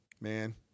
Man